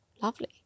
Lovely